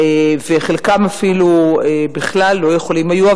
וחלקם אפילו בכלל לא יכולים היו.